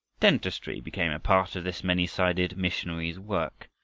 dentistry became a part of this many-sided missionary's work.